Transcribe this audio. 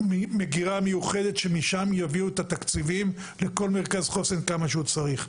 מגירה מיוחדת שמשם יביאו את התקציבים לכל מרכז חוסן כמה שהוא צריך.